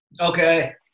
Okay